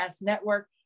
Network